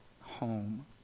home